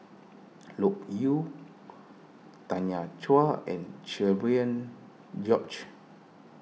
Loke Yew Tanya Chua and Cherian George